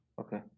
Okay